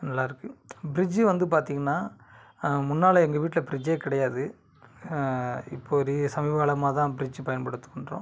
நல்லாயிருக்கு ஃப்ரிட்ஜ்ஜி வந்து பார்த்தீங்கன்னா முன்னால் எங்கள் வீட்டில் ஃப்ரிட்ஜ்ஜே கிடையாது இப்போ ரீ சமீபக்காலமாக தான் ஃப்ரிட்ஜ் பயன்படுத்துகின்றோம்